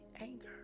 anger